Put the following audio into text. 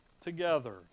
together